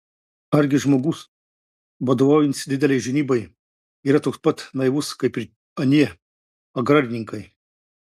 argi žmogus vadovaujantis didelei žinybai yra toks pat naivus kaip ir anie agrarininkai